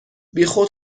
بیخود